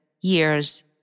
years